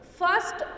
first